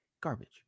Garbage